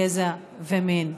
גזע ומין.